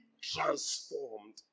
transformed